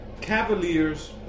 Cavaliers